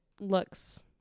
looks